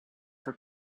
for